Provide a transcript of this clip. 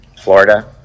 Florida